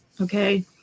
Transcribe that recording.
okay